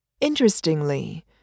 Interestingly